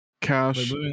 Cash